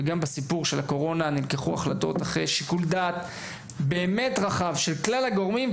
בסיפור של הקורונה נלקחו החלטות אחרי שיקול דעת רחב של כלל הגורמים,